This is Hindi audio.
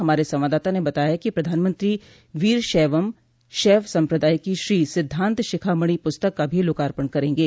हमारे संवाददाता ने बताया है कि प्रधानमंत्री वीर शैवम शैव सम्प्रदाय की श्री सिद्धांत शिखा मणि प्रस्तक का भी लोकार्पण करेंगे